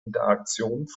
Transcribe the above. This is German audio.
interaktion